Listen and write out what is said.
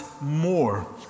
more